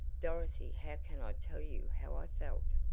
dorothy how can i tell you how i felt!